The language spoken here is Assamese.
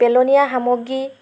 পেলনীয়া সামগ্ৰী